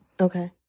Okay